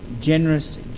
generous